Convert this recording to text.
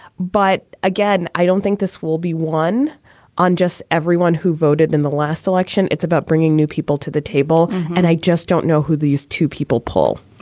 but again, i don't think this will be one on just everyone who voted in the last election. it's about bringing new people to the table. and i just don't know who these two people pull.